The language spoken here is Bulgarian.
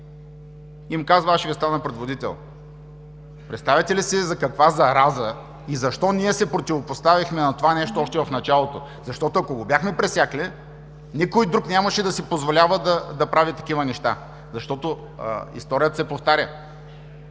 им казва: „Аз ще Ви стана предводител.“ Представяте ли си каква зараза и защо ние се противопоставихме на това нещо още в началото? Защото, ако го бяхме пресекли, никой друг нямаше да си позволява да прави такива неща. Историята се повтаря: